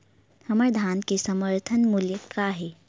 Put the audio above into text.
हमर धान के समर्थन मूल्य का हे?